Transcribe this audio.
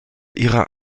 ihrer